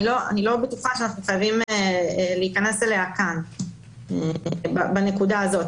אני לא בטוחה שאנחנו חייבים להיכנס אליה כאן בנקודה הזאת.